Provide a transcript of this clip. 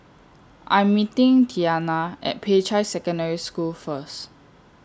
I'm meeting Tiana At Peicai Secondary School First